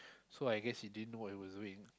so I guess he didn't know what he was doing